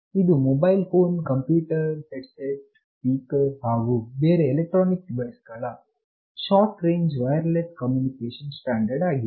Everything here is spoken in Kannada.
ಇದು ಮೊಬೈಲ್ ಫೋನ್ಕಂಪ್ಯೂಟರ್ ಹೆಡ್ಫೋನ್ ಸ್ಪೀಕರ್ ಹಾಗು ಬೇರೆ ಎಲೆಕ್ಟ್ರಾನಿಕ್ ಡಿವೈಸ್ ಗಳ ಶಾರ್ಟ್ ರೇಂಜ್ ವೈರ್ಲೆಸ್ ಕಮ್ಯುನಿಕೇಶನ್ ನ ಸ್ಟ್ಯಾಂಡರ್ಡ್ ಆಗಿದೆ